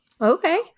okay